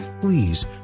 Please